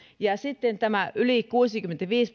ja sitten yli kuusikymmentäviisi